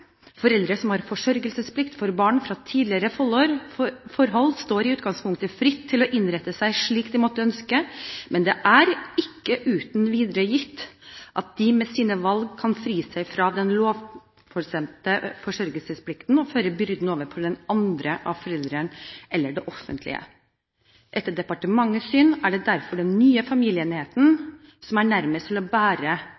Foreldre som har forsørgelsesplikt for barn fra tidligere forhold, står i utgangspunktet fritt til å innrette seg slik de måtte ønske, men det er ikke uten videre gitt at de med sine valg kan fri seg fra den lovbestemte forsørgingsplikten og føre byrdene over på den andre av foreldrene eller det offentlige. Etter departementets syn er det derfor den nye